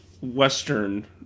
Western